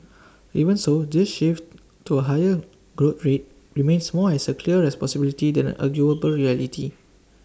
even so this shift to A higher growth rate remains more as A clear as possibility than an unarguable reality